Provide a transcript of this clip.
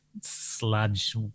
sludge